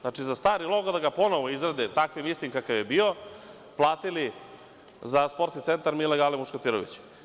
Znači za stari logo da ga ponovo izrade takvim istim kakav je bio platili za sporski centar „Milan Gale Muškatirović“